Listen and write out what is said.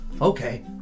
Okay